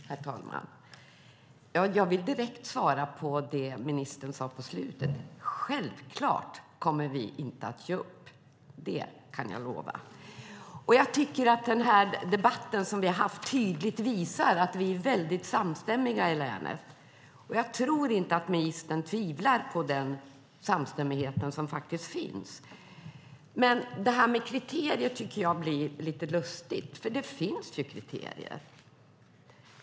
Herr talman! Jag vill direkt svara på det ministern sade på slutet. Självklart kommer vi inte att ge upp. Det kan jag lova. Jag tycker att den debatt som vi har haft tydligt visar att vi är väldigt samstämmiga i länet. Jag tror inte att ministern tvivlar på den samstämmighet som faktiskt finns. Detta med kriterier tycker jag blir lite lustigt. Det finns ju kriterier.